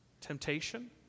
temptation